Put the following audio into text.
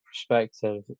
perspective